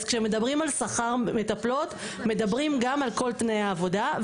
אז כשמדברים על שכר מטפלות מדברים גם על כל תנאי העבודה.